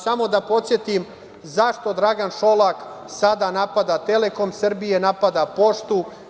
Samo da podsetim zašto Dragan Šolak sada napada „Telekom Srbije“, napada „Poštu“